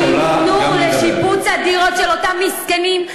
שייתנו לשיפוץ הדירות של אותם מסכנים,